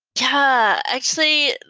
yeah. actually,